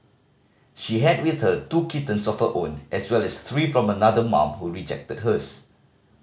she had with her two kittens of her own as well as three from another mum who rejected hers